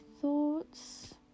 thoughts